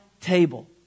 table